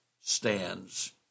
stands